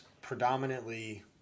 predominantly